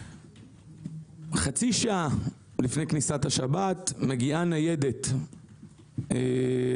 חצי שעה לפני כניסת השבת מגיעה ניידת לאותו